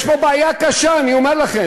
יש פה בעיה קשה, אני אומר לכם.